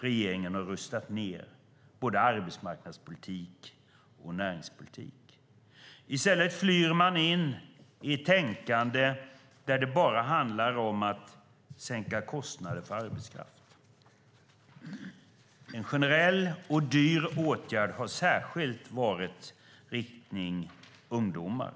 Regeringen har rustat ned både arbetsmarknadspolitik och näringspolitik. I stället flyr man in i ett tänkande där det bara handlar om att sänka kostnader för arbetskraft. En generell och dyr åtgärd har särskilt varit riktad mot ungdomar.